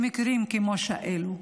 למקרים כמו אלו.